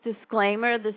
disclaimer